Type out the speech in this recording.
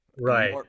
right